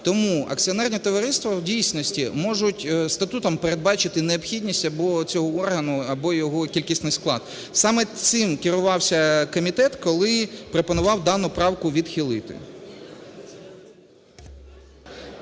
Тому акціонерні товариства в дійсності можуть статутом передбачити необхідність або цього органу, або його кількісний склад. Саме цим керувався комітет, коли пропонував дану правку відхилити.